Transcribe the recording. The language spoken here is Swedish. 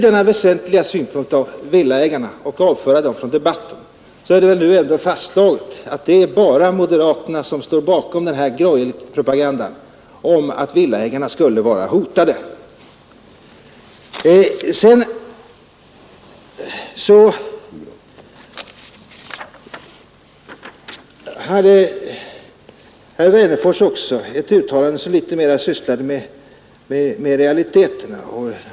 Det är alltså nu fastslaget att det bara är moderaterna som står bakom greuelpropagandan om att villaägarna skulle vara hotade. Vidare gjorde herr Wennerfors ett uttalande, som något mera berörde realiteterna.